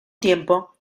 tiempo